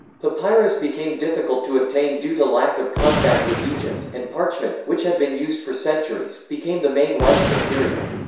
papyrus became difficult to obtain due to lack of contact with egypt, and parchment, which had been used for centuries, became the main writing material.